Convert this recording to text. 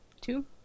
Two